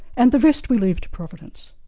and the rest we leave to providence.